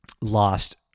Lost